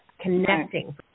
connecting